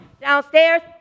downstairs